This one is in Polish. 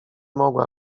mogła